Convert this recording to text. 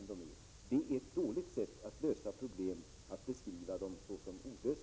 Att beskriva problem såsom olösliga är ett dåligt sätt att lösa dem.